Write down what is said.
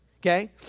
okay